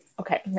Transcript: okay